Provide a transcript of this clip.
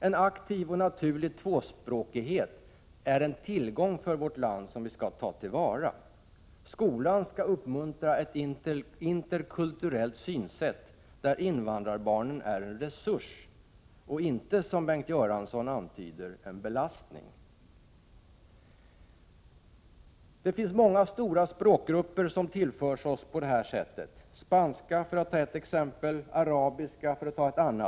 En aktiv och naturlig tvåspråkighet är en tillgång för vårt land och skall tas till vara. Skolan skall uppmuntra ett interkulturellt synsätt där invandrarbarnen är en resurs och inte som Bengt Göransson antyder en belastning. Det finns många stora språkgrupper som vi berikas av på detta sätt. Spansktalande är ett exempel, arabisktalande är ett annat.